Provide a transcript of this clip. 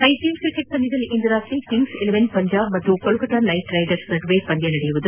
IPL cricket ಪಂದ್ಯದಲ್ಲಿ ಇಂದು ರಾತ್ರಿ ಕಿಂಗ್ಸ್ ಇಲೆವೆನ್ ಪಂಜಾಬ್ ಹಾಗೂ ಕೊಲ್ತತ್ತಾ ನ್ಲೆಟ್ ರೈಡರ್ಸ್ ನಡುವೆ ಪಂದ್ದ ನಡೆಯಲಿದೆ